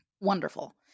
wonderful